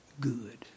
good